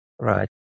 Right